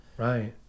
Right